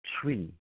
tree